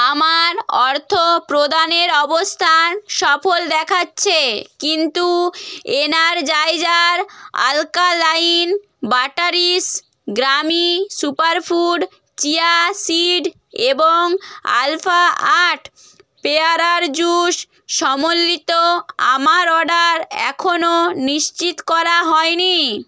আমার অর্থপ্রদানের অবস্থান সফল দেখাচ্ছে কিন্তু এনারজাইজার অ্যাল্কালাইন ব্যাটারিজ গ্রামি সুপারফুড চিয়া সিড এবং আলফা আট পেয়ারার জুস সমন্বিত আমার অর্ডার এখনও নিশ্চিত করা হয়নি